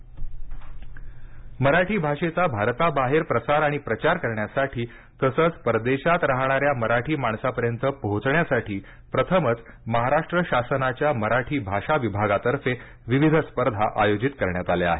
मराठीचा प्रचार मराठी भाषेचा भारताबाहेर प्रसार आणि प्रचार करण्यासाठी तसंच परदेशात राहणाऱ्या मराठी माणसापर्यंत पोहोचण्यासाठी प्रथमच महाराष्ट्र शासनाच्या मराठी भाषा विभागातर्फे विविध स्पर्धा आयोजित करण्यात आल्या आहेत